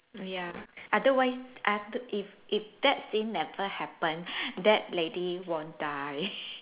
ya otherwise other~ if if that scene never happen that lady won't die